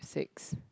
six